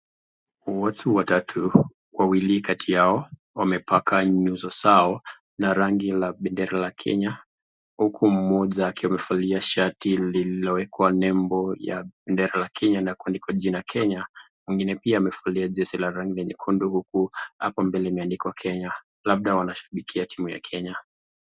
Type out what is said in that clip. Watu watatu, wawili kati yao wamepaka nyuso zao na rangi la bendera la Kenya huku mmoja akiwa amevalia shati lililowekwa nembo ya bendera la Kenya na kuandikwa jina Kenya. Mwengine pia amevalia jezi la rangi nyekundu huku hapo mbele imeandikwa Kenya. Labda wanasherehekea timu yao.